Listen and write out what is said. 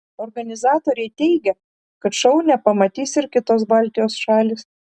organizatoriai teigia kad šou nepamatys ir kitos baltijos šalys